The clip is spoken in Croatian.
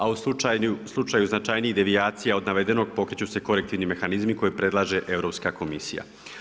A u slučaju značajnijih devijacija od navedenog pokreću se korektivni mehanizmi koje predlaže Europska komisija.